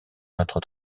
notre